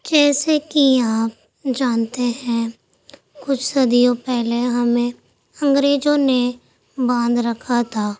جیسے کہ آپ جانتے ہیں کچھ صدیوں پہلے ہمیں انگریزوں نے باندھ رکھا تھا